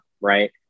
right